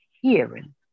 hearing